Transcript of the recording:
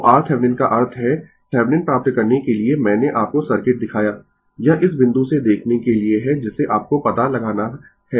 तो RThevenin का अर्थ है थैवनिन प्राप्त करने के लिए मैंने आपको सर्किट दिखाया यह इस बिंदु से देखने के लिए है जिसे आपको पता लगाना है